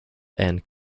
and